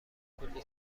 کلّی